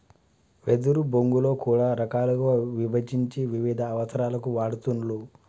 వెదురు బొంగులో కూడా రకాలుగా విభజించి వివిధ అవసరాలకు వాడుతూండ్లు